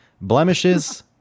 blemishes